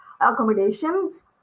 accommodations